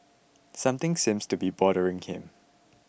something seems to be bothering him